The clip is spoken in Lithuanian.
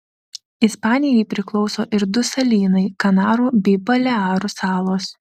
ispanijai priklauso ir du salynai kanarų bei balearų salos